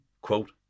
quote